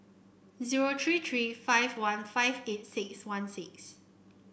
zero three three five one five eight six one six